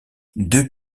deux